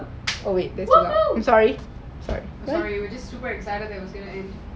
just super excited